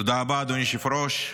תודה רבה, אדוני היושב-ראש.